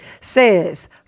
says